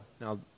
Now